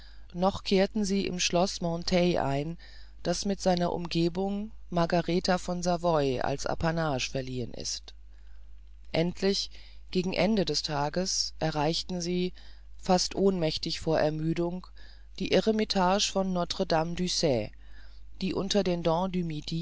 noch kehrten sie im schlosse monthey ein das mit seiner umgebung margaretha von savoyen als apanage verliehen ist endlich gegen ende des tages erreichten sie fast ohnmächtig vor ermüdung die eremitage von notre-dame du sex die unter den